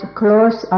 close